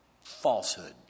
falsehood